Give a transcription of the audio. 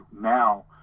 now